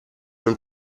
non